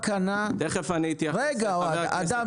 תיכף אני חייב לחה"כ מרגי,